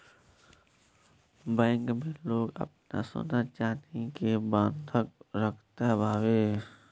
bank में लोग आपन सोना चानी के बंधक रखत हवे